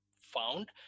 found